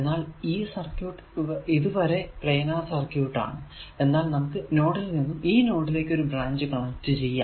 എന്നാൽ ഈ സർക്യൂട് ഇത് വരെ പ്ലാനാർ സർക്യൂട് ആണ് എന്നാൽ നമുക്ക് നോഡിൽ നിന്നും ഈ നോഡിലേക്കു ഒരു ബ്രാഞ്ച് കണക്ട് ചെയ്യാം